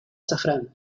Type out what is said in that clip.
azafrán